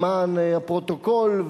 למען הפרוטוקול,